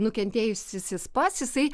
nukentėjusysis pats jisai